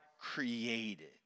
created